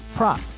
Prop